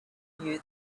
knew